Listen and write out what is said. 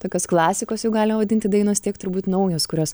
tokios klasikos jau galima vadinti dainos tiek turbūt naujos kurios